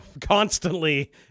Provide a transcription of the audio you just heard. constantly